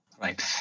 Right